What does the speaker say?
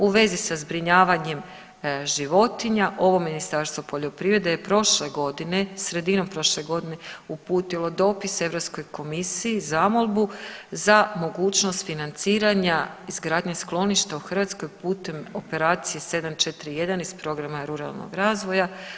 U vezi sa zbrinjavanjem životinja ovo Ministarstvo poljoprivrede je prošle godine, sredinom prošle godine uputilo dopis Europskoj komisiji zamolbu za mogućnost financiranja izgradnje skloništa u Hrvatskoj putem operacije 741 iz programa ruralnog razvoja.